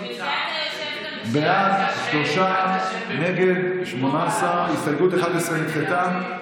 בעד, שלושה, נגד, 18. הסתייגות 11 נדחתה.